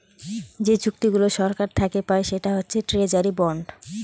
যে চুক্তিগুলা সরকার থাকে পায় সেটা হচ্ছে ট্রেজারি বন্ড